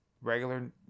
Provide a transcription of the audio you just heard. regular